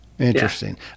interesting